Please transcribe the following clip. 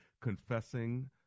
confessing